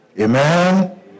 Amen